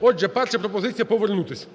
Отже, перша пропозиція повернутись.